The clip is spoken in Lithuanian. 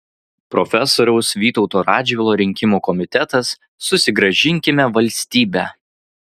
profesoriaus vytauto radžvilo rinkimų komitetas susigrąžinkime valstybę